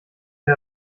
der